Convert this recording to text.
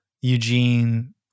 Eugene